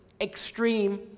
extreme